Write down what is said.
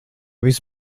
viss